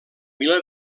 vila